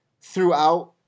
throughout